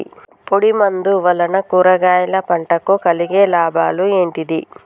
పొడిమందు వలన కూరగాయల పంటకు కలిగే లాభాలు ఏంటిది?